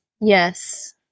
Yes